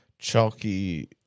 chalky